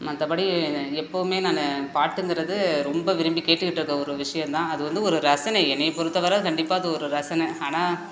மற்றபடி எப்போவுமே நான் பாட்டுங்குறது ரொம்ப விரும்பி கேட்டுக்கிட்டுருக்கிற ஒரு விஷயம்தான் அது வந்து ஒரு ரசனை என்னையை பொறுத்தவரை கண்டிப்பாக அது ஒரு ரசனை ஆனால்